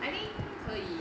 I mean 可以